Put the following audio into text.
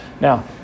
Now